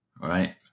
Right